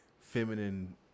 feminine